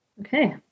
Okay